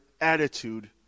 attitude